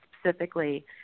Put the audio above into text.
specifically